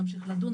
נמשיך לדון.